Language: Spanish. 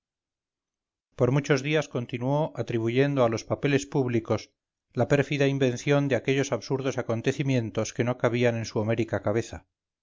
por muchos días continuó atribuyendo a los papeles públicos la pérfida invención de aquellos absurdos acontecimientos que no cabían en su homérica cabeza